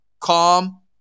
calm